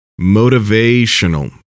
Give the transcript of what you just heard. Motivational